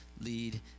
lead